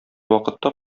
вакытта